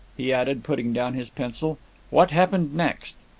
he added, putting down his pencil what happened next?